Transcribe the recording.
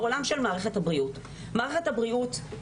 בעולם של מערכת הבריאות: מערכת הבריאות,